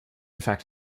fact